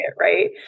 right